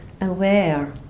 aware